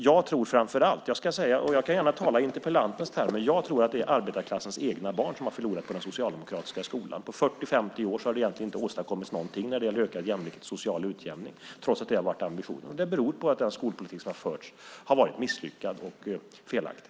Jag tror - jag kan då gärna använda interpellantens termer - att det är arbetarklassens egna barn som har förlorat på den socialdemokratiska skolan. På 40-50 år har egentligen inte någonting åstadkommits när det gäller ökad jämlikhet och social utjämning trots att det har varit ambitionen. Det beror på att den skolpolitik som förts har varit misslyckad och felaktig.